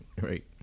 Right